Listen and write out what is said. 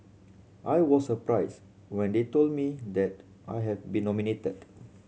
I was surprised when they told me that I had been nominated